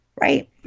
Right